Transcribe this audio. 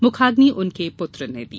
मुखाग्नि उनके पुत्र ने दी